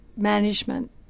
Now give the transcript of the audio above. management